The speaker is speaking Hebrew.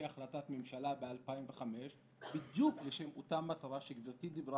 זה בית ספר שהוקם על-פי החלטה ב-2005 בדיוק לשם אותה מטרה שגברתי דיברה